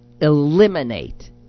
eliminate